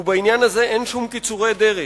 ובעניין הזה אין שום קיצורי דרך.